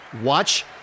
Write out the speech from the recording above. Watch